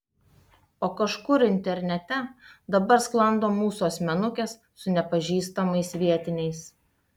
o kažkur internete dabar sklando mūsų asmenukės su nepažįstamais vietiniais